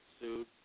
sued